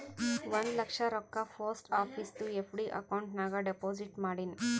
ಒಂದ್ ಲಕ್ಷ ರೊಕ್ಕಾ ಪೋಸ್ಟ್ ಆಫೀಸ್ದು ಎಫ್.ಡಿ ಅಕೌಂಟ್ ನಾಗ್ ಡೆಪೋಸಿಟ್ ಮಾಡಿನ್